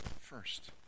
first